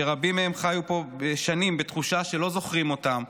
שרבים מהם חיו פה שנים בתחושה שלא זוכרים אותם,